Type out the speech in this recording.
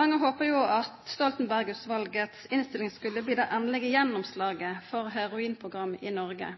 Mange håpet at Stoltenberg-utvalgets innstilling skulle bli det endelige gjennomslaget for heroinprogrammer i Norge.